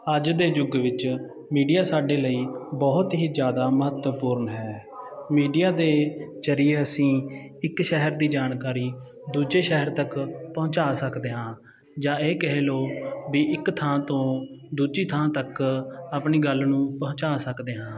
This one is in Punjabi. ਅੱਜ ਦੇ ਯੁੱਗ ਵਿੱਚ ਮੀਡੀਆ ਸਾਡੇ ਲਈ ਬਹੁਤ ਹੀ ਜ਼ਿਆਦਾ ਮਹੱਤਵਪੂਰਨ ਹੈ ਮੀਡੀਆ ਦੇ ਜ਼ਰੀਏ ਅਸੀਂ ਇੱਕ ਸ਼ਹਿਰ ਦੀ ਜਾਣਕਾਰੀ ਦੂਜੇ ਸ਼ਹਿਰ ਤੱਕ ਪਹੁੰਚਾ ਸਕਦੇ ਹਾਂ ਜਾਂ ਇਹ ਕਹਿ ਲਓ ਵੀ ਇੱਕ ਥਾਂ ਤੋਂ ਦੂਜੀ ਥਾਂ ਤੱਕ ਆਪਣੀ ਗੱਲ ਨੂੰ ਪਹੁੰਚਾ ਸਕਦੇ ਹਾਂ